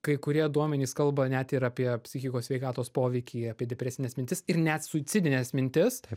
kai kurie duomenys kalba net ir apie psichikos sveikatos poveikį apie depresines mintis ir net suicidines mintis